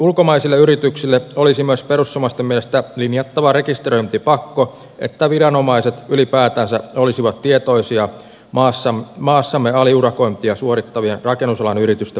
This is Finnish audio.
ulkomaisille yrityksille olisi myös perussuomalaisten mielestä linjattava rekisteröintipakko että viranomaiset ylipäätänsä olisivat tietoisia maassamme aliurakointia suorittavien rakennusalan yritysten määrästä